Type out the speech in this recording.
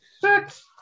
Six